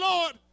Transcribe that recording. Lord